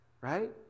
right